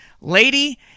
lady